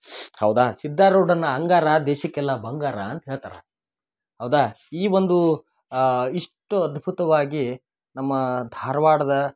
ಹೌದಾ ಸಿದ್ಧಾರೂಢನ್ನ ಹಂಗಾರ ದೇಶಕ್ಕೆಲ್ಲ ಬಂಗಾರ ಅಂತ ಹೇಳ್ತಾರೆ ಹೌದಾ ಈ ಒಂದು ಇಷ್ಟು ಅದ್ಭುತವಾಗಿ ನಮ್ಮ ಧಾರ್ವಾಡದ